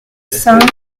saint